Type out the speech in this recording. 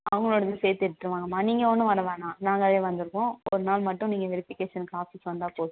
அவங்களோடதையும் சேர்த்து எடுத்துகிட்டு வாங்கம்மா நீங்கள் ஒன்றும் வர வேணாம் நாங்களே வந்துப்போம் ஒரு நாள் மட்டும் நீங்கள் வெரிஃபிகேஷனுக்கு ஆஃபிஸ் வந்தால் போதும்